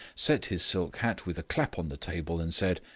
set his silk hat with a clap on the table, and said,